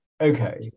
Okay